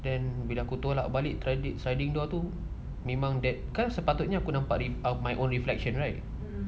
then bila aku tolak balik sliding door tu memang that kan sepatutnya aku nampak my own reflection right